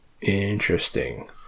Interesting